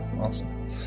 Awesome